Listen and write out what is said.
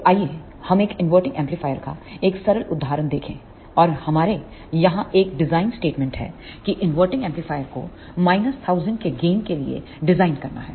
तो आइए हम एक inverting एम्पलीफायर का एक सरल उदाहरण देखें और हमारे यहां एक डिज़ाइन स्टेटमेंट है कि इनवर्टिंग एम्पलीफायर को माइनस 1000 के गेन के लिए डिज़ाइन करना है